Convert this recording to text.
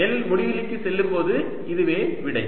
L முடிவிலிக்குச் செல்லும்போது இதுவே விடை